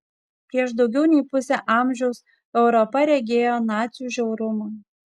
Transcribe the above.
prieš daugiau nei pusę amžiaus europa regėjo nacių žiaurumą